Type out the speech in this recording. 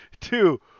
two